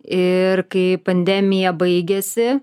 ir kai pandemija baigėsi